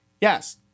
Yes